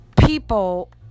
people